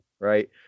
right